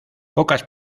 pocas